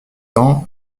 ans